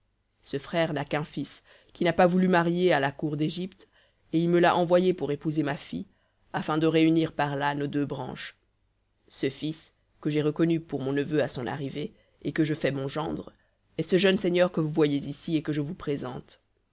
ce frère n'a qu'un fils qu'il n'a pas voulu marier à la cour d'égypte et il me l'a envoyé pour épouser ma fille afin de réunir par là nos deux branches ce fils que j'ai reconnu pour mon neveu à son arrivée et que je fais mon gendre est ce jeune seigneur que vous voyez ici et que je vous présente